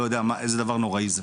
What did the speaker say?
לא יודע איזה דבר נוראי זה,